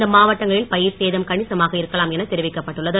இந்த மாவட்டங்களில் பயிர் சேதம் கணிசமாக இருக்கலாம் என தெரிவிக்கப்பட்டுள்ளது